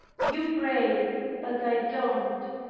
you pray but i don't.